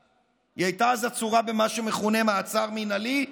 היא הייתה אז עצורה במה שמכונה מעצר מינהלי,